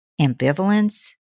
ambivalence